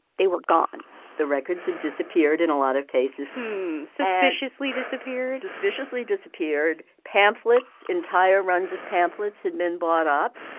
they were gone the records had disappeared in a lot of cases suspiciously disappeared? suspiciously disappeared pamphlets, entire runs of pamphlets had been bought up.